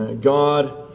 God